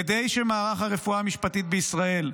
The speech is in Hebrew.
כדי שמערך הרפואה המשפטית בישראל,